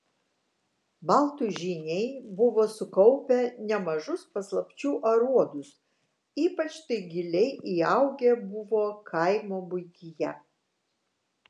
baltų žyniai buvo sukaupę nemažus paslapčių aruodus ypač tai giliai įaugę buvo kaimo buityje